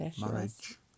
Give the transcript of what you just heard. marriage